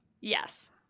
Yes